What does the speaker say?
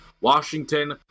Washington